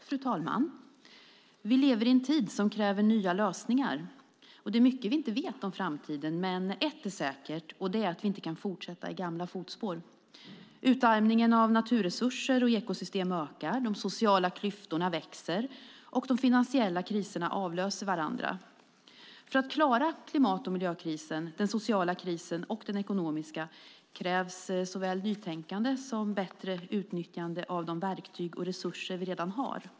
Fru talman! Vi lever i en tid som kräver nya lösningar. Det är mycket vi inte vet om framtiden. Men ett är säkert, och det är att vi inte kan fortsätta i gamla fotspår. Utarmningen av naturresurser och ekosystem ökar, de sociala klyftorna växer och de finansiella kriserna avlöser varandra. För att klara klimat och miljökrisen, den sociala och den ekonomiska krisen krävs såväl nytänkande som bättre utnyttjande av de verktyg och resurser vi redan har.